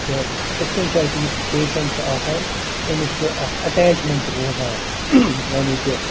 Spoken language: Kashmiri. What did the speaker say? تہٕ یِتھ کٔنۍ چھِ اَسہِ یُس یہِ پیشَنٛٹ چھُ آسان أمِس چھِ اَکھ اٮ۪ٹیچمٮ۪نٛٹ روزان یعنی کہِ